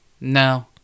no